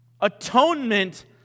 atonement